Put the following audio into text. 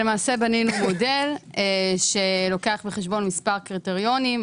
בנינו מודל שלוקח בחשבון מספר קריטריונים,